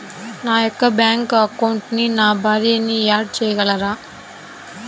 నా యొక్క బ్యాంక్ అకౌంట్కి నా భార్యని యాడ్ చేయగలరా?